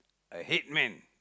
a headman